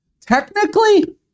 technically